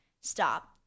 stop